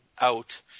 out